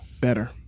Better